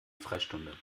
freistunde